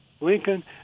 Lincoln